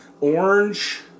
orange